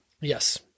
Yes